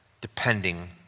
depending